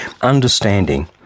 understanding